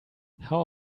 how